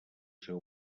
seu